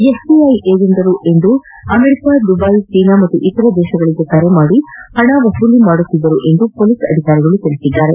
FBI ಏಜೆಂಟರೆಂದು ಕರೆ ಮಾಡಿ ಅಮೆರಿಕ ದುಬೈ ಚೀನಾ ಹಾಗೂ ಇತರೆ ದೇಶಗಳಿಗೆ ಕರೆ ಮಾದಿ ಹಣ ವಸೂಲಿ ಮಾಡುತ್ತಿದ್ದರು ಎಂದು ಪೊಲೀಸ್ ಅಧಿಕಾರಿಗಳು ತಿಳಿಸಿದ್ದಾರೆ